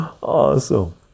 awesome